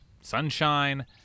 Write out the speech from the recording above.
sunshine